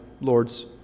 Lord's